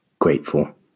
grateful